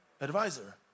advisor